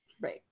right